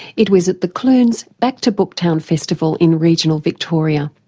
it was at the clunes back to booktown festival in regional victoria.